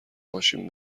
ماشین